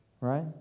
Right